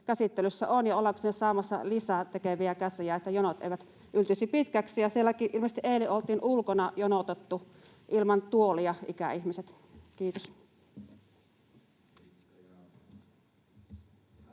käsittelyssä ja ollaanko sinne saamassa lisää tekeviä käsiä, jotta jonot eivät yltyisi pitkiksi. — Ilmeisesti eilenkin siellä olivat jonottaneet ulkona ilman tuolia ikäihmiset. — Kiitos.